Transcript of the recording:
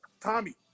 Tommy